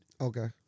Okay